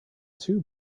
too